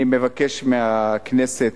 אני מבקש מהכנסת,